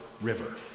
River